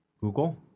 Google